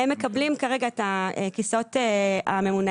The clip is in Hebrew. הם מקבלים כרגע את הכיסאות הממונעים.